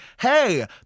Hey